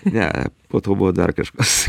ne po to buvo dar kažkas